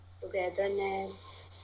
togetherness